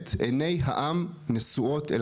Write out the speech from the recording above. עייני העם נשואות אל